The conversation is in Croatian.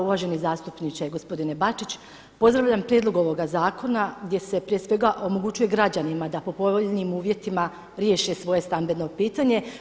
Uvaženi zastupniče gospodine Bačić, pozdravljam prijedlog ovoga zakona gdje se prije svega omogućuje građanima da po povoljnim uvjetima riješe svoje stambeno pitanje.